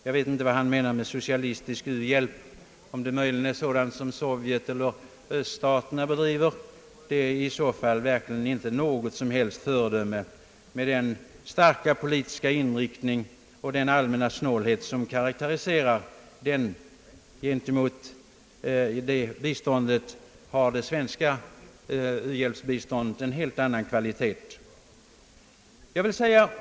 Jag vet inte vad han menar med socialistisk u-hjälp — om det möjligen är sådan u-bjälp som Sovjet eller öststaterna bedriver. Det är i så fall verkligen inte något som helst föredöme med den starka politiska inriktning och den allmänna snålhet som karakteriserar denna u-hjälp. I jämförelse med det biståndet och annat bistånd, har svensk u-hjälp en helt annan kvalitet.